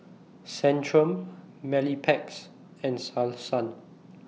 Centrum and Selsun